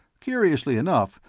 curiously enough,